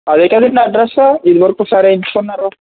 అదే కదండి అడ్రెస్సు ఇదివరకొకసారి వేయించుకున్నారు